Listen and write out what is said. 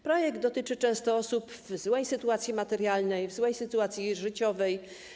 Projekt dotyczy często osób w złej sytuacji materialnej, w złej sytuacji życiowej.